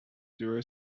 zero